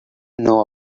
know